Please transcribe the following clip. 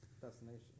destination